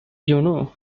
juno